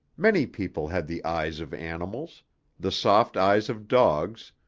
many people had the eyes of animals the soft eyes of dogs,